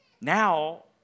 Now